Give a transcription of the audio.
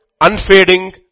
unfading